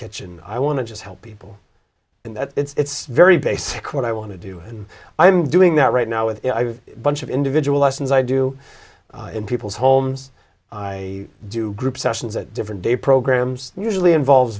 kitchen i want to just help people in that it's very basic what i want to do and i'm doing that right now with a bunch of individual lessons i do in people's homes i do group sessions at different day programs usually involves